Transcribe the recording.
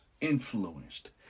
influenced